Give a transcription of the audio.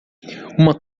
uma